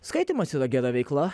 skaitymas yra gera veikla